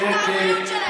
שקט.